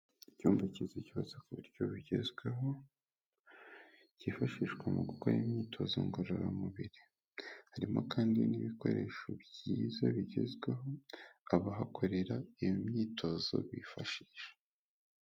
Icyumba cyiza cyubatswe ku buryo bigezweho, cyifashishwa mu gukora imyitozo ngororamubiri, harimo kandi n'ibikoresho byiza bigezweho, abahakorera iyo myitozo bifashisha.